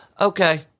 Okay